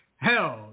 Hell